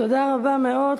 תודה רבה מאוד.